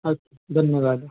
अस्तु धन्यवादः